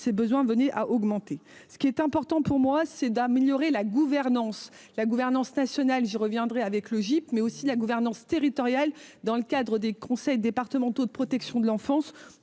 ses besoins venait à augmenter, ce qui est important pour moi, c'est d'améliorer la gouvernance La gouvernance nationale, j'y reviendrai avec logique, mais aussi la gouvernance territoriale dans le cadre des conseils départementaux de protection de l'enfance